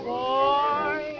boy